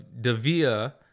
Davia